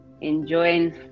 enjoying